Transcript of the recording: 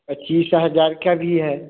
पच्चीस हज़ार का भी है